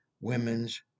women's